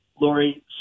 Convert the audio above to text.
Lori